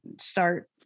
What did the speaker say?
start